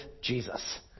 Jesus